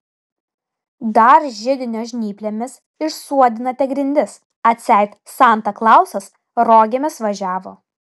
dar židinio žnyplėmis išsuodinate grindis atseit santa klausas rogėmis važiavo